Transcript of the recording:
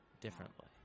differently